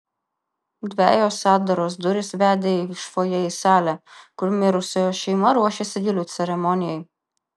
dvejos atdaros durys vedė iš fojė į salę kur mirusiojo šeima ruošėsi gėlių ceremonijai